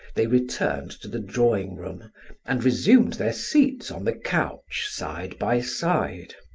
they returned to the drawing-room and resumed their seats on the couch side by side.